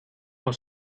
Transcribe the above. noch